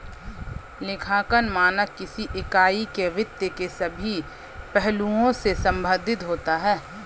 लेखांकन मानक किसी इकाई के वित्त के सभी पहलुओं से संबंधित होता है